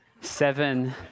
seven